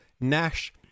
Nash